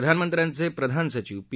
प्रधानमंत्र्यांचे प्रधान सचिव पी